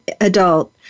adult